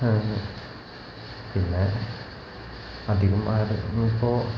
ആന്ന് പിന്നെ അധികം ആരും ഇപ്പോൾ